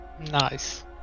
Nice